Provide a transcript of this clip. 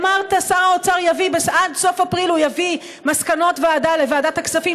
אמרת שעד סוף אפריל שר האוצר יביא מסקנות ועדה לוועדת הכספים,